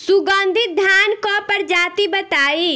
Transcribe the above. सुगन्धित धान क प्रजाति बताई?